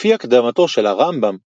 לפי הקדמתו של הרמב"ם למשנה,